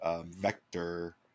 Vector